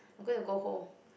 I'm going to go home